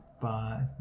five